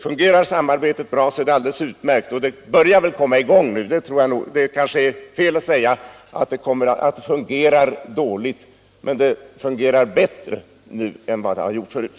Fungerar samrådet bra är det utmärkt och det fungerar bättre nu än tidigare.